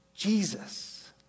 Jesus